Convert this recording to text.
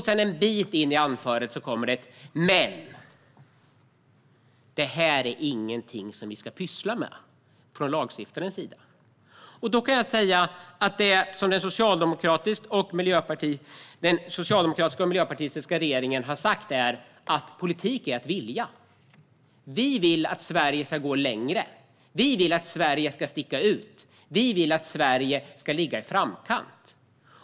En bit in i anförandena kommer det dock ett "men": Detta är ingenting som vi lagstiftare ska pyssla med. Vad den socialdemokratiska och miljöpartistiska regeringen har sagt är att politik är att vilja. Vi vill att Sverige ska gå längre. Sverige ska sticka ut och ligga i framkant.